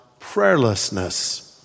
prayerlessness